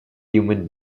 human